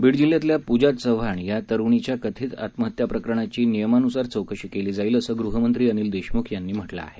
बीड जिल्ह्यातल्या पूजा चव्हाण या तरुणीच्या कथित आत्महत्या प्रकरणाची नियमानुसार चौकशी केली जाईल असं गृहमंत्री अनिल देशमूख यांनी म्हटलं आहे